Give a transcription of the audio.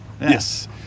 Yes